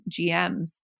GMs